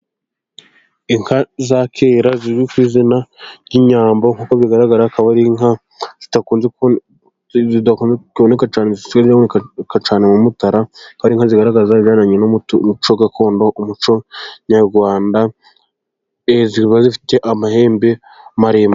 Inka za kera zizwi kw'izina ry'inyambo nk'uko bigaragara akaba ari inka zidakunze kuboneka cyane zikunze kuboneka cyane mu Mutara. Akaba ari inka zigaragaza ibiberanye n'umuco gakondo umuco nyarwanda zikaba zifite amahembe maremare.